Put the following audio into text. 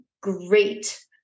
great